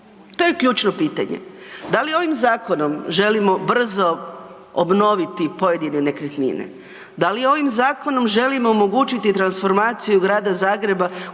To je ključno pitanje. Da li ovim zakonom želimo brzo obnoviti pojedine nekretnine, dal i ovim zakonom želimo omogućiti transformaciju grada Zagreba